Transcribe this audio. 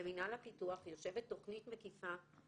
במינהל הפיתוח יושבת תוכנית מקיפה,